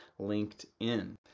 LinkedIn